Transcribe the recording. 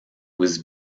was